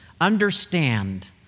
understand